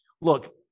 look